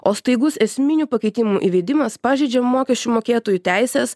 o staigus esminių pakeitimų įvedimas pažeidžia mokesčių mokėtojų teises